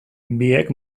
biek